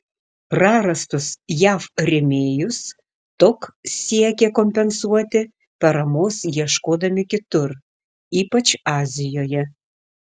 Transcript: prarastus jav rėmėjus tok siekė kompensuoti paramos ieškodami kitur ypač azijoje